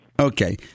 Okay